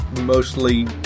mostly